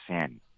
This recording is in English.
sin